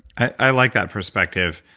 i like that perspective,